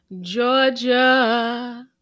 Georgia